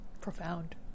Profound